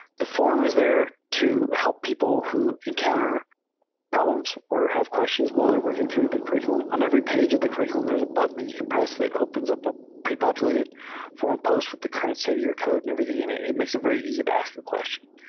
the forum is there to help people who encounter problems or have questions while they're working through the curr iculum. on every page of the critical, and there's a button that you can press that opens up a pre-populated form post with the current state of your code and everything in it and it makes it very easy to ask a question.